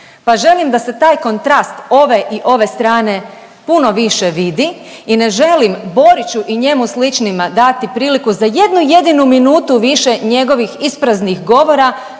pa želim da se taj kontrast ove i ove strane puno više vidi i ne želim Boriću i njemu sličnima dati priliku za jednu jedinu minutu više njegovih ispraznih govora